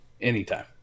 anytime